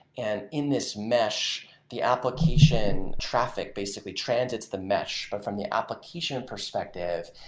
and in this mesh, the application traffic basically transits the mesh, but from the application perspective,